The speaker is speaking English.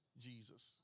Jesus